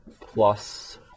plus